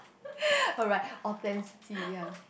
oh right authenticity ya